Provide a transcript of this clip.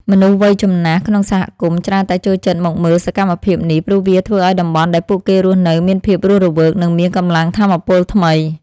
មនុស្សវ័យចំណាស់ ក្នុងសហគមន៍ច្រើនតែចូលចិត្តមកមើលសកម្មភាពនេះ ព្រោះវាធ្វើឱ្យតំបន់ដែលពួកគេរស់នៅមានភាពរស់រវើក និងមានកម្លាំងថាមពលថ្មី។